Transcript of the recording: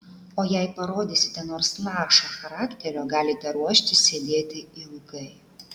o jei parodysite nors lašą charakterio galite ruoštis sėdėti ilgai